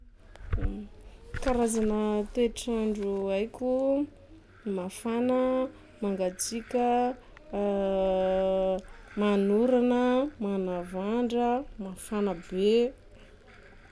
Karazana toetrandro haiko: mafana, mangatsiaka, manorana, manavandra, mafana be.